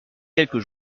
quelques